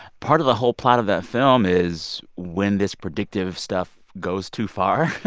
part of the whole plot of the film is when this predictive stuff goes too far.